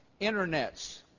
internets